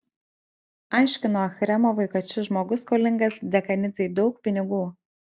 aiškino achremovui kad šis žmogus skolingas dekanidzei daug pinigų